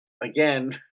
again